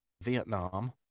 Vietnam